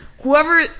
whoever